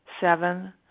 Seven